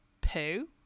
poo